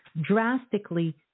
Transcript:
drastically